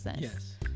Yes